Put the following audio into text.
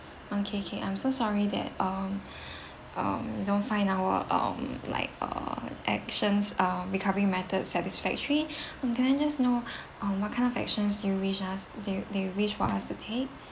okay ~ K I'm so sorry that um um you don't find our um like uh actions uh recovering method satisfactory uh can I just know uh what kind of actions you wish us do you do you wish for us to take